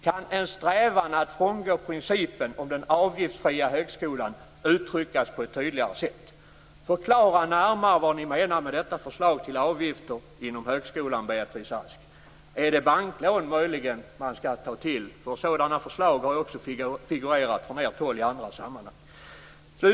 Kan en strävan att frångå principen om den avgiftsfria högskolan uttryckas på ett tydligare sätt? Förklara närmare vad ni menar med detta förslag till avgifter inom högskolan, Beatrice Ask! Är det möjligen banklån man skall ta till? Sådana förslag har ju figurerat från moderat håll i andra sammanhang.